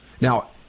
Now